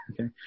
Okay